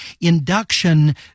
induction